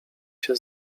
się